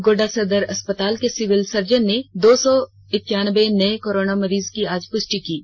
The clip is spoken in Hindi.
गोड्डा सदर अस्पताल के सिविल सर्जन ने दो सौ इक्कानबे नए कोरोना मरीज की आज पुष्टि कर दी है